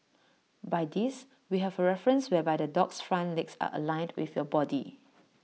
by this we have A reference whereby the dog's front legs are aligned with your body